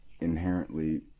inherently